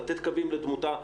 לתת קווים לדמותה.